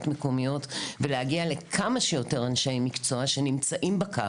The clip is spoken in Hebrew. מקומיות ולהגיע לכמה שיותר אנשי מקצוע שנמצאים בקו,